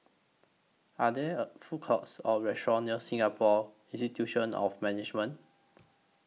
Are There A Food Courts Or restaurants near Singapore Institute of Management